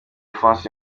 france